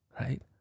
Right